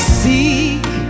seek